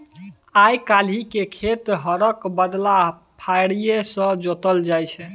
आइ काल्हि खेत हरक बदला फारीए सँ जोताइ छै